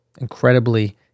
incredibly